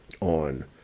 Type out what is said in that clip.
on